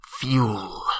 Fuel